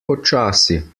počasi